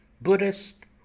Buddhist